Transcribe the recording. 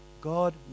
God